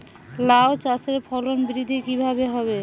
লাউ চাষের ফলন বৃদ্ধি কিভাবে হবে?